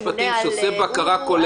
זה הממונה במשרד המשפטים שעושה בקרה כוללת.